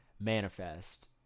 Manifest